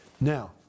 Now